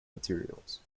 materials